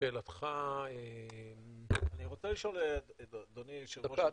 לשאלתך --- אני רוצה לשאול את אדוני היושב-ראש.